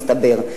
מסתבר.